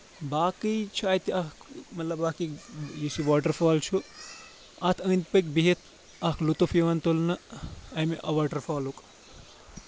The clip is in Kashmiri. باقٕے چھُ اَتہِ اکھ مطلب اکھ یہِ یُس یہِ واٹَر فال چھُ اَتھ أنٛدۍ پٔکۍ بِہِتھ اَکھ لُطف یِوان تُلنہٕ اَمہِ واٹَر فالُک